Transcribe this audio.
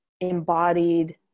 embodied